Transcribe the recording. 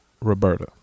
Roberta